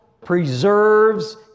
preserves